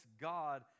God